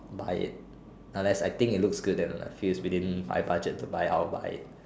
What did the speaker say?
buy it unless I think it looks good then it feels within my budget to buy I will buy it